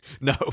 No